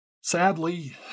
Sadly